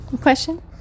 question